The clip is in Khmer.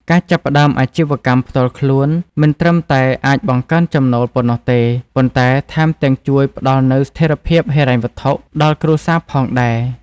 ការចាប់ផ្តើមអាជីវកម្មផ្ទាល់ខ្លួនមិនត្រឹមតែអាចបង្កើនចំណូលប៉ុណ្ណោះទេ ប៉ុន្តែថែមទាំងជួយផ្តល់នូវ ស្ថិរភាពហិរញ្ញវត្ថុ ដល់គ្រួសារផងដែរ។